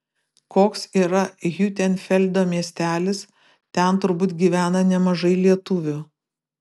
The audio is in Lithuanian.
koks yra hiutenfeldo miestelis ten turbūt gyvena nemažai lietuvių